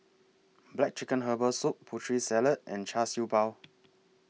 Black Chicken Herbal Soup Putri Salad and Char Siew Bao